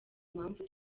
mpamvu